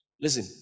listen